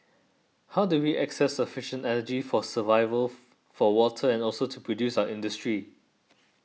how do we access sufficient energy for survival for water and also to produce our industry